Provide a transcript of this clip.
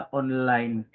online